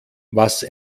was